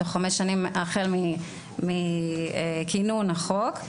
תוך חמש שנים החל מכינון החוק.